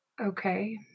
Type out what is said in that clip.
Okay